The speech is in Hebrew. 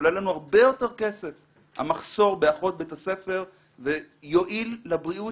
עולה לנו הרבה יותר כסף המחסור באחות בית הספר ויועיל לבריאות